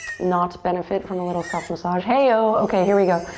not benefit from a little self massage. hey-oh, okay. here we go.